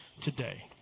today